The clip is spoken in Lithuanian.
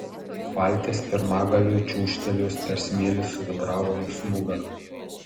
valties pirmagaliui čiūžtelėjus per smėlį suvibravo jos nugara